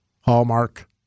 Hallmark